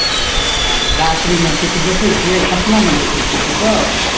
अच्छा रात्रिमे जे किछु देखैत छियै सपनोमे देखैत छियै किछु